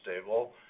stable